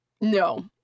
No